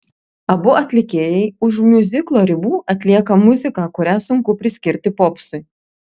abu atlikėjai už miuziklo ribų atlieka muziką kurią sunku priskirti popsui